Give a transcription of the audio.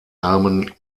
namen